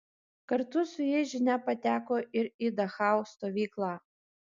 kartu su jais žinia pateko ir į dachau stovyklą